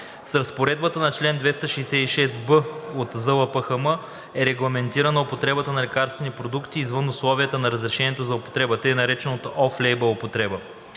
С разпоредбата на чл. 266б от ЗЛПХМ е регламентирана употребата на лекарствени продукти извън условията на разрешението за употреба – така наречената off label употреба,